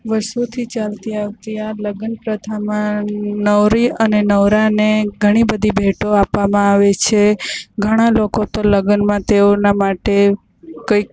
વર્ષોથી ચાલતી આવતી આ લગન પ્રથામાં નવરી અને નવરાને ઘણી બધી ભેટો આપવામાં આવે છે ઘણા લોકો તો લગનમાં તેઓના માટે કંઈક